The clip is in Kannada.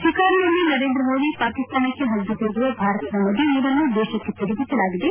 ಸಿಕಾರ್ನಲ್ಲಿ ನರೇಂದ್ರ ಮೋದಿ ಪಾಕಿಸ್ತಾನಕ್ಕೆ ಪರಿದುಹೋಗುವ ಭಾರತದ ನದಿ ನೀರನ್ನು ದೇಶಕ್ಕೆ ತಿರುಗಿಸಲಾಗಿದೆ